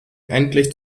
endlich